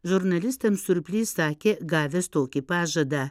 žurnalistams surplys sakė gavęs tokį pažadą